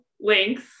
links